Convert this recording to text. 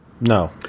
No